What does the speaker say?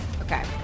Okay